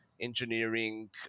engineering